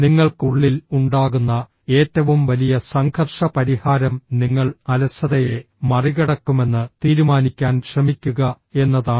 നിങ്ങൾക്ക് ഉള്ളിൽ ഉണ്ടാകുന്ന ഏറ്റവും വലിയ സംഘർഷ പരിഹാരം നിങ്ങൾ അലസതയെ മറികടക്കുമെന്ന് തീരുമാനിക്കാൻ ശ്രമിക്കുക എന്നതാണ്